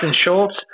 Schultz